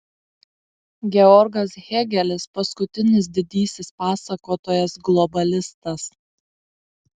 georgas hėgelis paskutinis didysis pasakotojas globalistas